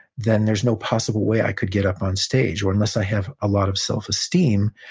then there's no possible way i could get up on stage, or, unless i have a lot of self-esteem,